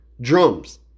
drums